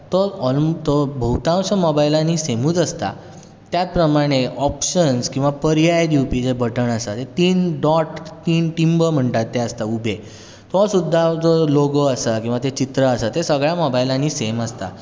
तो ऑर्म तो भोंवताश्या मोबायलांनी सेमूच आसता त्या प्रमाणें ऑपशन्स किंवा पर्याय दिवपी जे बटन आसात तीन डॉट तीन टींब म्हणटात ते आसतात उबे तो सुद्दां जो लोगो आसा किंवा जें चित्र आसा तें सगळ्या मोबायलांनी सेम आसता